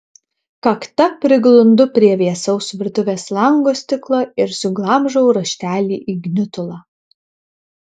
kakta priglundu prie vėsaus virtuvės lango stiklo ir suglamžau raštelį į gniutulą